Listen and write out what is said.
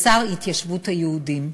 אוצר התיישבות היהודים,